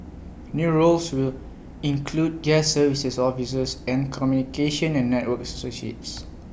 new roles will include guest services officers and communication and networks associates